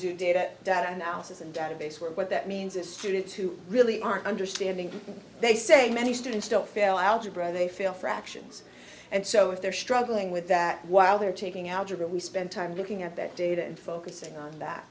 do data data analysis and data base where what that means is student to really aren't understanding because they say many students don't fail algebra or they fail fractions and so if they're struggling with that while they're taking our we spent time looking at that data and focusing on that